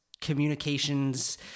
communications